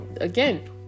again